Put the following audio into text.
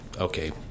Okay